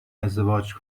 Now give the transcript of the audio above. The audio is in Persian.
ازدواج